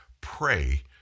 Pray